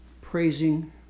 praising